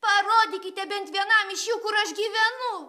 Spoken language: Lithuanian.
parodykite bent vienam iš jų kur aš gyvenu